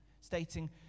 stating